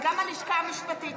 וגם הלשכה המשפטית,